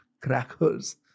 crackers